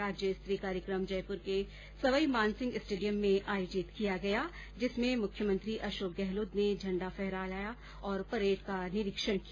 राज्य स्तरीय कार्यक्रम जयपुर के सवाई मानसिंह स्टेडियम में आयोजित किया गया जिसमें मुख्यमंत्री अशोक गहलोत ने झण्डा फहराया और परेड का निरीक्षण किया